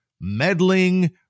meddling